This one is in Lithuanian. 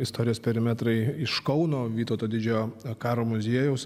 istorijos perimetrai iš kauno vytauto didžiojo karo muziejaus